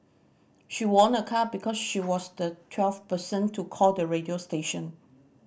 she won a car because she was the twelfth person to call the radio station